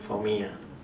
for me ah